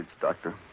doctor